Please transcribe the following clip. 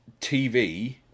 TV